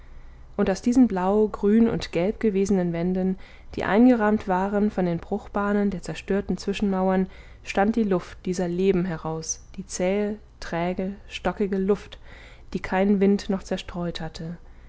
und aus diesen blau grün und gelb gewesenen wänden die eingerahmt waren von den bruchbahnen der zerstörten zwischenmauern stand die luft dieser leben heraus die zähe träge stockige luft die kein wind noch zerstreut hatte